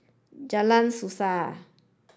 Jalan Suasa